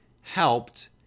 helped